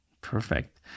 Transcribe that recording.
perfect